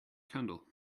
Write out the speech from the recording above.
candle